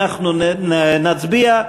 אנחנו נצביע.